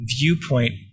viewpoint